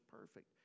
perfect